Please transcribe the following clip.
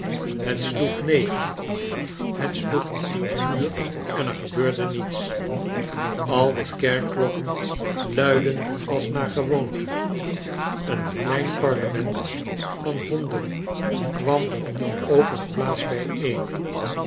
het sloeg negen het sloeg tien uur en er gebeurde niets al de kerkklokken luidden als naar gewoonte een klein parlement van honden kwam op de open plaats bijeen